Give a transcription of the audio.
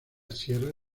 sierra